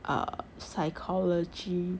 uh psychology